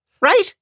right